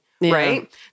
Right